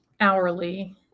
hourly